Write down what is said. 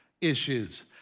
issues